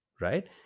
right